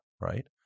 right